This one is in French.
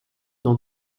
dans